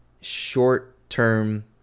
short-term